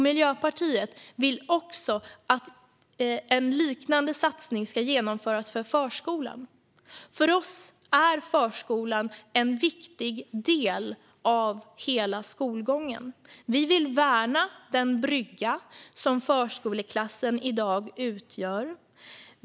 Miljöpartiet vill också att en liknande satsning ska genomföras för förskolan. För oss är förskolan en viktig del av hela skolgången. Vi vill värna den brygga som förskoleklassen i dag utgör.